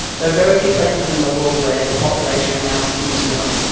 there are very few places in the world where the population now skews young,